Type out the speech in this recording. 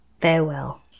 Farewell